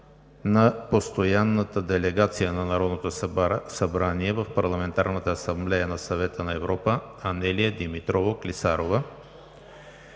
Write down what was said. на постоянната делегация на Народното събрание в Парламентарната асамблея на Съвета на Европа Анелия Димитрова Клисарова.